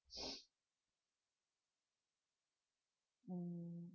mm